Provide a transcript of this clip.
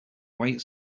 white